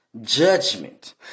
judgment